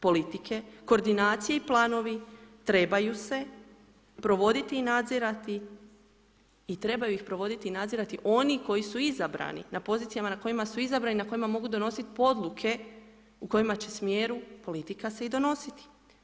Politike, koordinacije i planovi trebaju se provoditi i nadzirati i trebaju ih provoditi i nadzirati oni koji su izabrani, na pozicijama na kojima su izabrani, na kojima mogu donositi odluke u kojima će smjeru politika se i donositi.